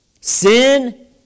Sin